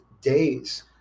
days